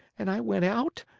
and i went out,